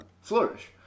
flourish